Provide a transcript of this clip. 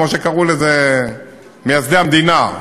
כמו שקראו לזה מייסדי המדינה,